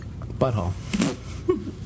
butthole